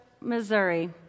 Missouri